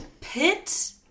pit